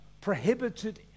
prohibited